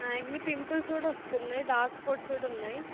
acne pimples కూడా వస్తున్నాయి dark spots కూడా ఉన్నాయి